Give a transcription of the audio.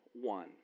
one